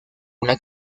una